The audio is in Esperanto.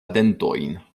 dentojn